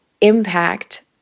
impact